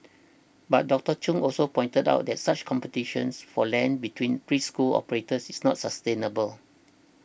but Doctor Chung also pointed out that such competitions for land between preschool operators is not sustainable